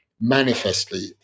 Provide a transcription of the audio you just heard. manifestly